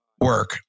work